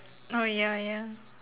uh ya ya